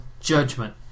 judgment